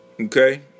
Okay